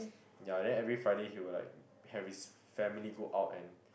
ya then every Friday he will like have his family go out and